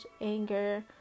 anger